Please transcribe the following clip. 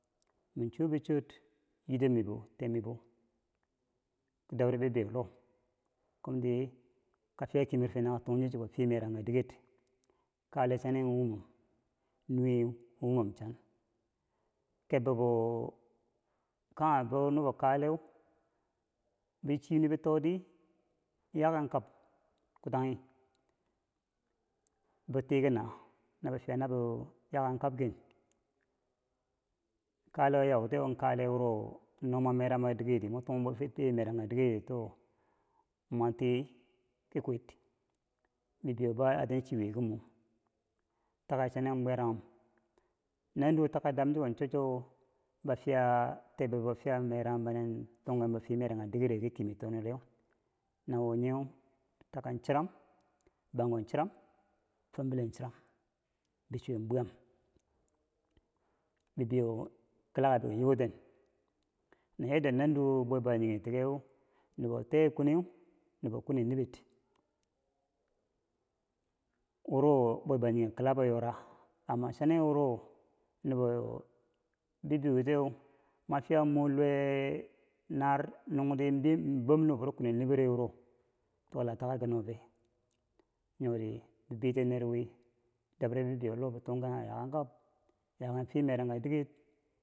mi chobi chor yitimibo tebmibo kom dobtende bibeyo loh kom ki kom fiya kemerofe na kom tung bibeyo fiye mereka diker kale chane nuweu wumom chan kebbebou kanghe bo nubo kaleu bichi nobi to di yaken kab kutanghi bo tikina nabo fiya na bo yaken kab ken kale wo yau tiyeu kale wuro no momerangbo dikerdi mo tungbo bwe fiye merangka dikeredi to- o mwa ti ki kwit bibeyo bou atan chiwuye ki mo take chane bwiyaranghum nanduwo takeu damchiko cho cho bo fiya tebbebo fiya merangbinen tunghenbo fiye merangka dikero ki kemer tomereu nawonyeu akkeu cherami bangko chiram. fumbile chiram. bichuwe bwiyam bibeyo kilaka beko yokten na yanda nanduwo bwebangjinghe tokeu, nubo tee kweneu nubo kwini niber wuro bwebangjinghe kilabo yora amma chane wuro nubo bo boutiye mwa fiya mor luwe e- e- naar, nung di bom nubo buro kwini nibere wuro tola takeu ki no fe? nyori bi biti nerwi bi dobre bibeyo lo bi tungken a yaken kab yaken fiye merangka diker